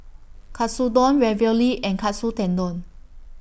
Katsudon Ravioli and Katsu Tendon